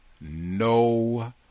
no